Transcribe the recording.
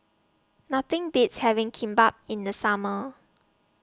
Nothing Beats having Kimbap in The Summer